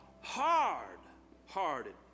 hard-hearted